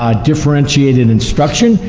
ah differentiated instruction,